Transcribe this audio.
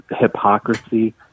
hypocrisy